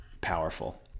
powerful